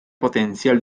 potencial